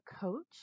coach